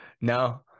No